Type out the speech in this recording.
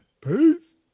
Peace